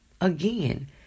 Again